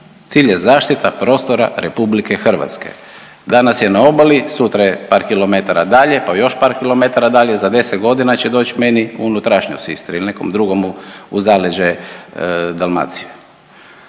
Cilj je zaštita prostora Republike Hrvatske. Danas je na obali, sutra je par kilometara dalje, pa još par kilometara dalje. Za 10 godina će doći meni u unutrašnjost Istre ili nekom drugomu u zaleđe Dalmacije.